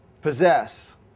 possess